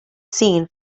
seen